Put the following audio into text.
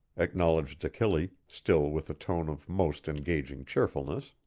acknowledged achille, still with a tone of most engaging cheerfulness.